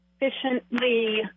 efficiently –